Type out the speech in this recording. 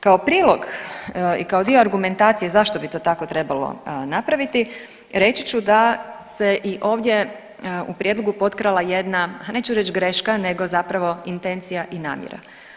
Kao prilog i kao dio argumentacije zašto bi to tako trebalo napraviti reći ću da se i ovdje u prijedlogu potkrala jedna, a neću reći greška nego zapravo intencija i namjera.